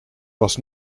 was